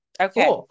Okay